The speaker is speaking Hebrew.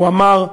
הוא אמר: